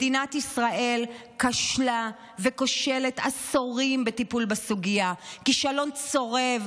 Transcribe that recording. מדינת ישראל כשלה וכושלת עשורים בטיפול בסוגיה כישלון צורב,